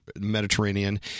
Mediterranean